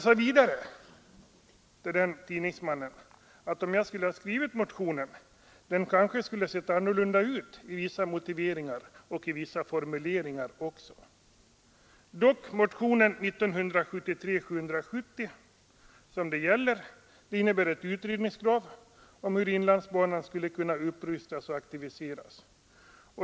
Till tidningsmannen sade jag att motionen, om jag hade skrivit den själv, kanske hade haft vissa andra motiveringar och formuleringar. Motionen 770 innehåller dock ett utredningskrav om hur inlandsbanan skulle kunna upprustas och aktiveras.